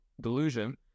delusion